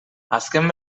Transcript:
azken